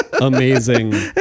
amazing